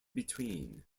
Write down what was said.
between